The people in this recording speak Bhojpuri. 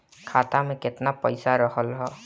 खाता में केतना पइसा रहल ह?